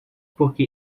porque